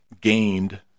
gained